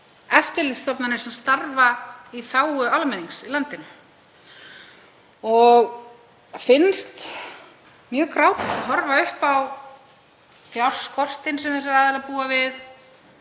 eftirlitsstofnanir sem starfa í þágu almennings í landinu og finnst mjög grátlegt að horfa upp á fjárskortinn sem þessir aðilar búa við